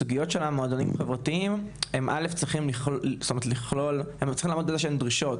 הסוגיות של המועדונים החברתיים הם צריכים לעמוד בדרישות